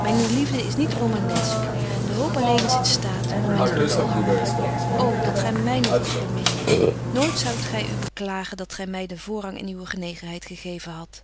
myne liefde is niet romanesq de hoop alleen is in staat om my te doen volharden ô dat gy my nog eens beminde nooit zoudt gy u beklagen dat gy my den voorrang in uw genegenheid gegeven hadt